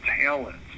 talents